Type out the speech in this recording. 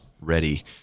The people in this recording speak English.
ready